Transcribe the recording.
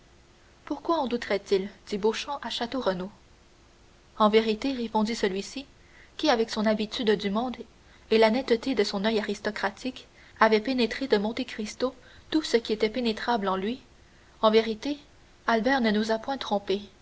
pourquoi en douterait il dit beauchamp à château renaud en vérité répondit celui-ci qui avec son habitude du monde et la netteté de son oeil aristocratique avait pénétré de monte cristo tout ce qui était pénétrable en lui en vérité albert ne nous a point trompés